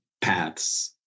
paths